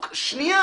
זה הרבה יותר מהר.